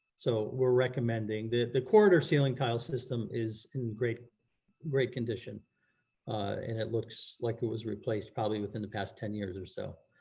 so we're recommending, the the quarter ceiling tile system is in great great condition and it looks like it was replaced probably within the past ten years or so.